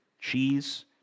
cheese